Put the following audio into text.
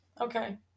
okay